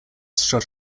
shot